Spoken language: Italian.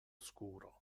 scuro